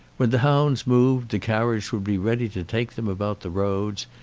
when the hounds moved the carriage would be ready to take them about the roads,